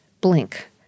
blink